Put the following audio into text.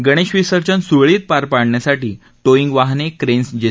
गणेश विसर्जन सुरळीत पार पडण्यासाठी टोईग वाहने क्रेन्स जे